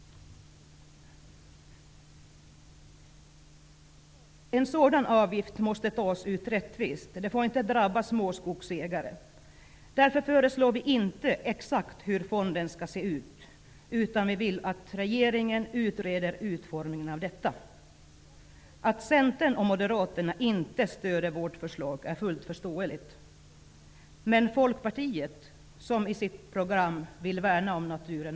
En sådan här avgift måste tas ut rättvist. Den får inte drabba små skogsägare. Därför säger vi inte i vårt förslag exakt hur fonden skall se ut. I stället vill vi att regeringen utreder utformningen. Att Centern och Moderaterna inte stöder vårt förslag är fullt förståeligt. Men var finns Folkpartiet, som i sitt program vill värna om naturen?